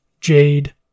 Jade